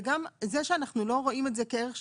וגם זה שאנחנו לא רואים את זה כערך,